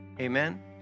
Amen